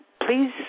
please